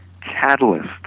catalyst